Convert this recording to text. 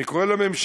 אני קורא לממשלה